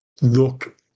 look